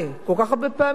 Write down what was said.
לא ידעתי אפילו,